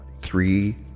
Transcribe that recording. three